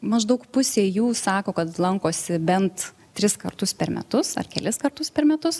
maždaug pusė jų sako kad lankosi bent tris kartus per metus ar kelis kartus per metus